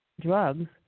drugs